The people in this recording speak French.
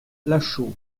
lachaud